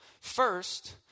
First